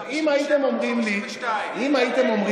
זה לא שמאל ימין, זה 57 מול 52. תסביר,